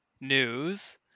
news